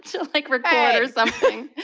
so like, record or something.